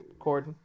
Corden